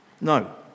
No